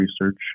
research